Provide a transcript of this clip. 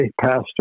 pastor